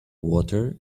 water